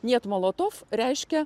niet molotov reiškia